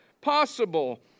possible